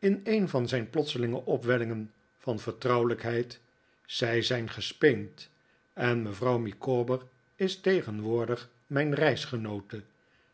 in een van zijn plotselinge opwellingen van vertrouwelijkheid zij zijn gespeend en mevrouw micawber is tegenwoordig mijn reisgenoote